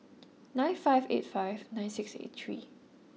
nine five eight five nine six eight three